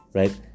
right